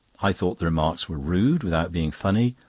i thought the remarks were rude without being funny,